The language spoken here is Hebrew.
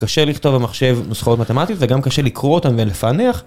קשה לכתוב במחשב נוסחאות מתמטיות וגם קשה לקרוא אותן ולפענח.